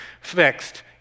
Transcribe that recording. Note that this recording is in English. fixed